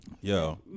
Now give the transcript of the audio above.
Yo